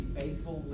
faithful